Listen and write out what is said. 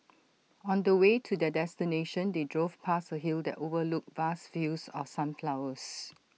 on the way to their destination they drove past A hill that overlooked vast fields of sunflowers